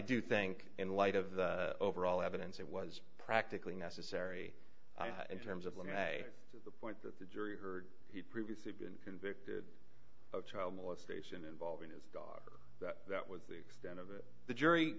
do think in light of the overall evidence that was practically necessary in terms of let me say the point that the jury heard he previously convicted of child molestation involving his daughter that was the extent of it the jury